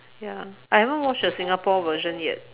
ya I haven't watch the Singapore version yet